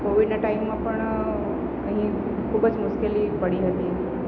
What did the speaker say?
કોવિડના ટાઈમમાં પણ અહીં ખૂબ જ મુશ્કેલી પડી હતી